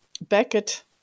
Beckett